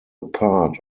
part